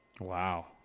Wow